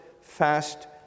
fast